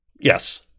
Yes